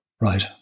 Right